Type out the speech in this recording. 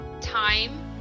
time